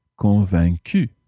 convaincu